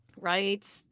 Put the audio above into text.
Right